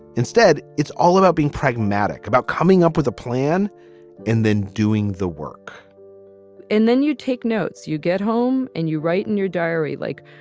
instead, it's all about being pragmatic, about coming up with a plan and then doing the work and then you take notes. you get home and you write in your diary. like,